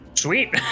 Sweet